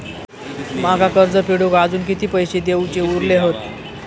माका कर्ज फेडूक आजुन किती पैशे देऊचे उरले हत?